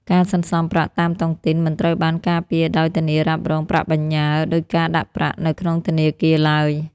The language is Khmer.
ការសន្សំប្រាក់តាមតុងទីនមិនត្រូវបានការពារដោយ "ធានារ៉ាប់រងប្រាក់បញ្ញើ" ដូចការដាក់ប្រាក់នៅក្នុងធនាគារឡើយ។